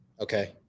Okay